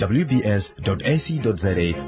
wbs.ac.za